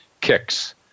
kicks